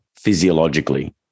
physiologically